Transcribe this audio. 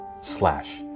slash